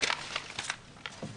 קטן (ח):